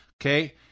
Okay